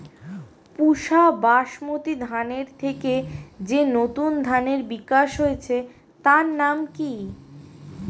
পুসা বাসমতি ধানের থেকে যে নতুন ধানের বিকাশ হয়েছে তার নাম কি?